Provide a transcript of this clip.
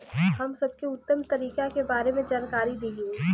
हम सबके उत्तम तरीका के बारे में जानकारी देही?